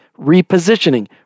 repositioning